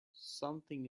something